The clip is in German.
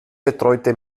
betreute